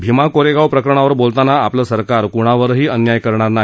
भिमा कोरेगाव प्रकरणावर बोलताना आपलं सरकार कृणावरही अन्याय करणार नाही